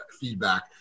feedback